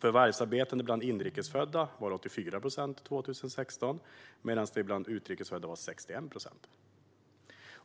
förvärvsarbetande bland inrikes födda var 84 procent 2016 medan det var 61 procent bland utrikes födda.